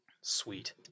sweet